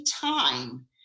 Time